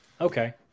okay